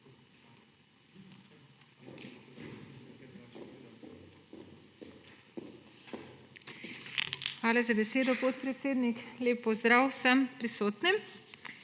Hvala za besedo, podpredsednik. Lep pozdrav vsem prisotnim!